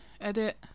Edit